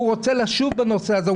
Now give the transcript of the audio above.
הוא רוצה לשוב בנושא הזה,